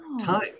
time